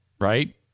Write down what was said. right